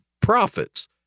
profits